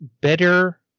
better